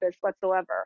whatsoever